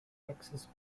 access